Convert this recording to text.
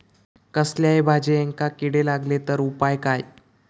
कसल्याय भाजायेंका किडे लागले तर उपाय काय?